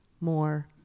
more